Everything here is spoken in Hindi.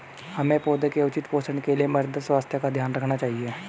हमें पौधों के उचित पोषण के लिए मृदा स्वास्थ्य का ध्यान रखना चाहिए